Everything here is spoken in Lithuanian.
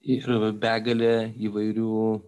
ir begalė įvairių